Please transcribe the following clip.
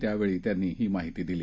त्यावेळी त्यांनी ही माहिती दिली